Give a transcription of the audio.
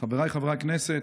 חבריי חברי הכנסת,